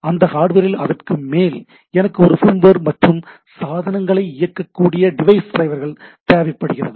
அந்த ஹார்டுவேரில் அதற்கு மேல் எனக்கு ஒரு ஃபார்ம்வேர் மற்றும் சாதனங்களை இயக்கக்கூடிய டிவைஸ் ட்ரைவர்கள் தேவைப்படுகிறது